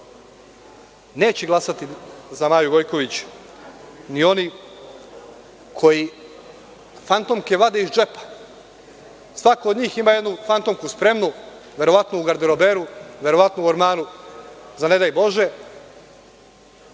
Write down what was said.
glasati za Maju Gojković ni oni koji fantomke vade iz džepa. Svako od njih ima jednu fantomku spremnu, verovatno u garderoberu, verovatno u ormaru, za ne daj bože,